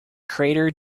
crater